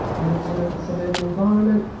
i lived in a suburban environment,